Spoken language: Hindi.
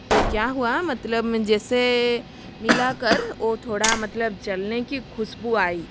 तो क्या हुआ मतलब मैं जैसे मिला कर वो थोड़ा मतलब जलने की ख़ुशबू आई